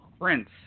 Prince